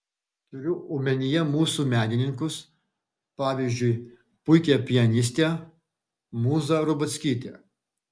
turiu omenyje mūsų menininkus pavyzdžiui puikią pianistę mūzą rubackytę